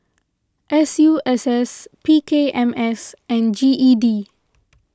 S U S S P K M S and G E D